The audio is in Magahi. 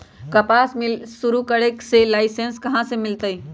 कपास मिल शुरू करे ला लाइसेन्स कहाँ से मिल तय